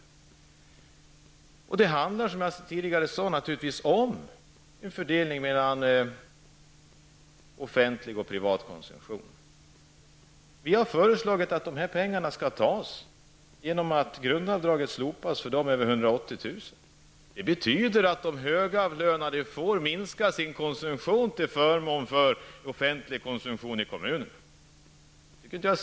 Som jag sade tidigare handlar det givetvis om fördelning mellan offentlig och privat konsumtion. Vi har föreslagit att pengarna skall tas genom ett slopande av grundavdraget för personer med en inkomst över 180 000 kr. Det betyder att de högavlönade måste minska sin konsumtion till förmån för offentlig konsumtion i kommunerna.